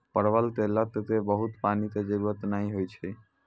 परवल के लत क बहुत पानी के जरूरत नाय होय छै